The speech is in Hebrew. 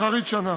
אחרית שנה'".